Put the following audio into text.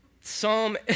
Psalm